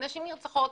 נשים נרצחות,